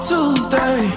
Tuesday